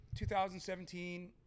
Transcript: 2017